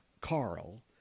Carl